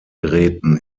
geräten